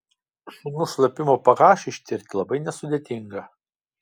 šunų šlapimo ph ištirti labai nesudėtinga